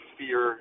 fear